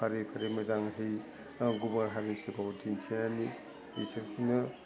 फारि फारि मोजांहै गुबुन हारिफोरखौ दिन्थिनानै बिसोरनो